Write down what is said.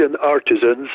artisans